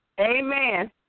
Amen